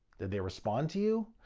did they respond to you?